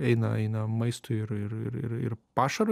eina eina maistui ir ir ir ir pašarui